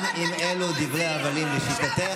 צריך לאפשר לו, גם אם אלו דברי הבלים, לשיטתך.